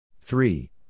three